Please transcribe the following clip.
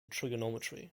trigonometry